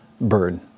bird